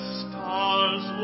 stars